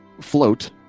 float